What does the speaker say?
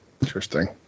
Interesting